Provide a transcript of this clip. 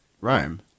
Rome